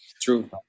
true